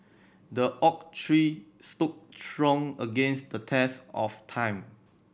the oak tree stood strong against the test of time